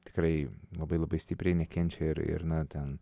tikrai labai labai stipriai nekenčia ir ir na ten